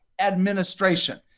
administration